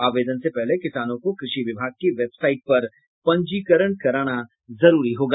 आवेदन से पहले किसानों को कृषि विभाग की वेबसाइट पर पंजीकरण कराना जरूरी होगा